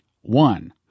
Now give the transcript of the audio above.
one